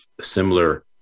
similar